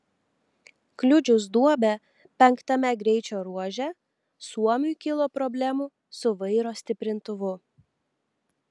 kliudžius duobę penktame greičio ruože suomiui kilo problemų su vairo stiprintuvu